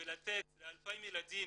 לתת ל-2,000 ילדים